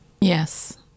Yes